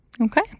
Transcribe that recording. Okay